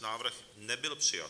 Návrh nebyl přijat.